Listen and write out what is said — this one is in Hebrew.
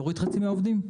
תוריד חצי מהעובדים?